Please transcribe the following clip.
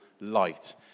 light